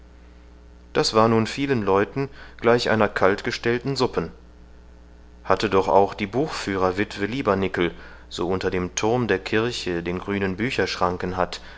das war nun vielen leuten gleich einer kalt gestellten suppen hatte doch auch die buchführer witwe liebernickel so unter dem thurm der kirche den grünen bücherschranken hat